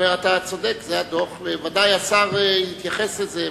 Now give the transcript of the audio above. אתה צודק, זה הדוח, ובוודאי השר יתייחס לזה.